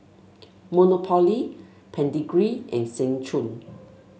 Monopoly Pedigree and Seng Choon